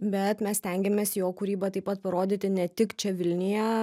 bet mes stengiamės jo kūrybą taip pat parodyti ne tik čia vilniuje